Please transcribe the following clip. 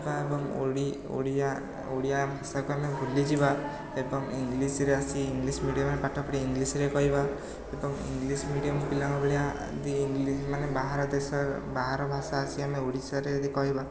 ଏବଂ ଓଡ଼ି ଓଡ଼ିଆ ଓଡ଼ିଆ ଭାଷାକୁ ଆମେ ଭୁଲିଯିବା ଏବଂ ଇଂଲିଶରେ ଆସି ଇଂଲିଶ ମିଡ଼ିୟମରେ ପାଠ ପଢ଼ି ଇଂଲିଶରେ କହିବା ଏବଂ ଇଂଲିଶ ମିଡ଼ିୟମ ପିଲାଙ୍କ ଭଳିଆ ଯଦି ଇଂଲିଶମାନେ ବାହାର ଦେଶ ବାହାର ଭାଷା ଆସି ଆମେ ଓଡ଼ିଶାରେ ଯଦି କହିବା